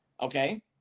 okay